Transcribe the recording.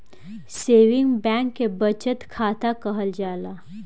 saving bank के बचत खाता कहल जाला